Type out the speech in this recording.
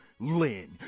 Lynn